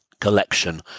collection